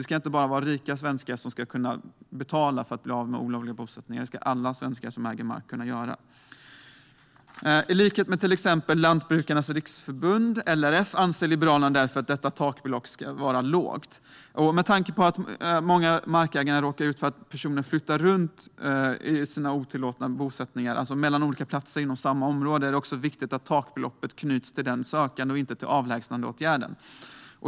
Det ska inte bara vara rika svenskar som ska kunna betala för att bli av med olovliga bosättningar; det ska alla svenskar som äger mark kunna göra. I likhet med till exempel Lantbrukarnas riksförbund, LRF, anser Liberalerna därför att detta takbelopp ska vara lågt. Med tanke på att många markägare råkar ut för att personer flyttar runt sina otillåtna bosättningar, alltså mellan olika platser inom samma område, är det också viktigt att takbeloppet knyts till den sökande och inte till avlägsnandeåtgärden.